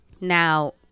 Now